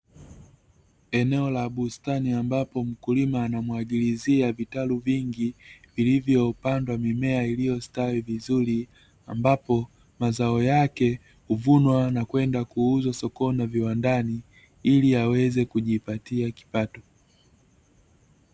Eneo la bustani ambapo, mkulima anamwagilizia vitalu vingi vilivopandwa mimea iliyostawi vizuri ambapo, mazao yake uvunwa na kwenda kuuzwa sokoni na viwandani ili yaweza kujipatia kipato.